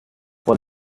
for